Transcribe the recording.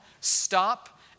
Stop